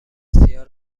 سیاه